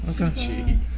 Okay